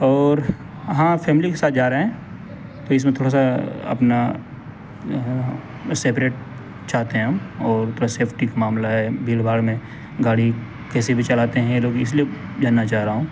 اور ہاں فیملی کے ساتھ جا رہے ہیں تو اس میں تھوڑا سا اپنا سیپریٹ چاہتے ہیں ہم اور تھوڑا سیفٹی کا معاملہ ہے بھیڑ بھاڑ میں گاڑی کیسی بھی چلاتے ہیں یہ لوگ اس لیے جاننا چاہ رہا ہوں